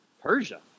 Persia